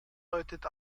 deutet